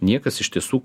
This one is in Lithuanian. niekas iš tiesų